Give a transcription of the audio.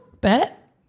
Bet